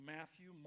Matthew